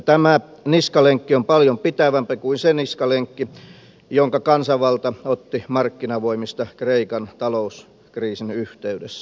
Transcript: tämä niskalenkki on paljon pitävämpi kuin se niskalenkki jonka kansanvalta otti markkinavoimista kreikan talouskriisin yhteydessä